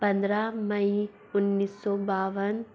पंद्रह मई उन्नीस सौ बावन